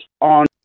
on